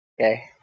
Okay